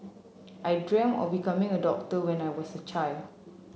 I dreamt of becoming a doctor when I was a child